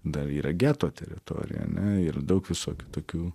dar yra geto teritorija ane ir daug visokių tokių